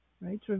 Right